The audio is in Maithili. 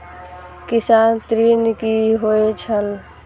किसान ऋण की होय छल?